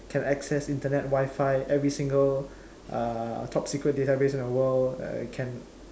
can access Internet Wifi every single uh top secret database in the world can